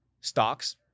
stocks